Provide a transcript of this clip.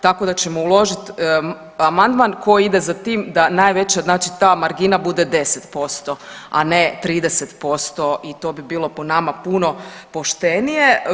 Tako da ćemo uložiti amandman koji ide za tim da najveća znači ta margina bude 10%, a ne 30% i to bi bilo po nama puno poštenije.